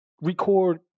record